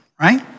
right